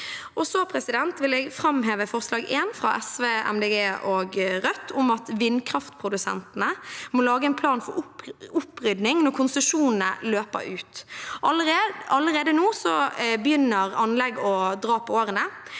Jeg vil framheve forslag nr. 1, fra SV, MDG og Rødt, om at vindkraftprodusentene må lage en plan for opprydding når konsesjonene løper ut. Allerede nå begynner anlegg å dra på